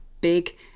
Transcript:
big